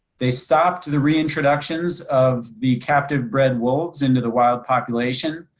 they stopped to the reintroductions of the captive bred wolves into the wild population.